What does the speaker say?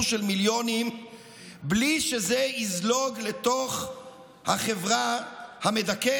של מיליונים בלי שזה יזלוג לתוך החברה המדכאת?